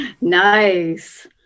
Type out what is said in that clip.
Nice